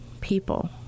people